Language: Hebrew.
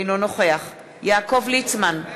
אינו נוכח יעקב ליצמן,